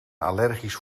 allergisch